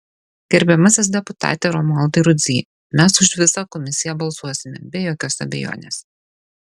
gerbiamasis deputate romualdai rudzy mes už visą komisiją balsuosime be jokios abejonės